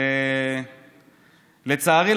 לצערי,